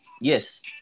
yes